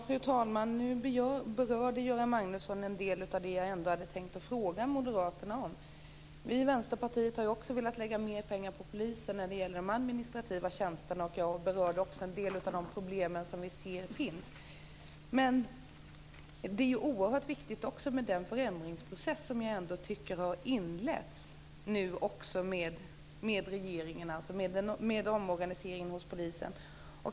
Fru talman! Göran Magnusson berörde en del av det som jag hade tänkt fråga moderaterna om. Också vi i Vänsterpartiet har velat anvisa mera pengar till de administrativa tjänsterna inom polisen. Jag har berört en del av de problem som finns. Det är emellertid också oerhört viktigt med den förändringsprocess som nu har inletts med omorganisering av polisen.